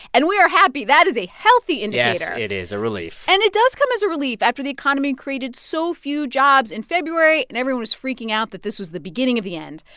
and we are happy. that is a healthy indicator yes, it is a relief and it does come as a relief after the economy created so few jobs in february. and everyone was freaking out that this was the beginning of the end.